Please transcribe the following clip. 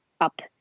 up